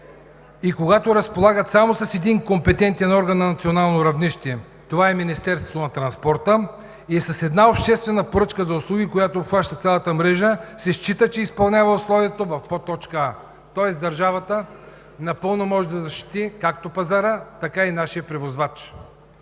и когато разполагат само с един компетентен орган на национално равнище – това е Министерството на транспорта, и с една обществена поръчка за услуги, която обхваща цялата мрежа, се счита, че изпълнява условията в подточка „а“. Тоест държавата напълно може да защити както пазара, така и нашия превозвач.